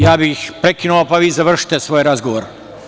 Ja bih prekinuo, pa vi završite svoj razgovor.